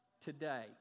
today